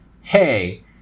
hey